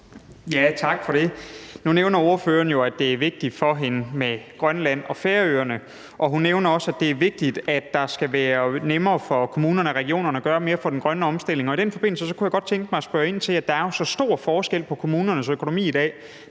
Tak for det. Nu nævner ordføreren jo, at det er vigtigt for hende med Grønland og Færøerne, og hun nævner også, at det er vigtigt, at det skal være nemmere for kommunerne og regionerne at gøre mere for den grønne omstilling. I den forbindelse kunne jeg godt tænke mig at spørge ind til noget. Der er jo så stor forskel på kommunernes økonomi i dag,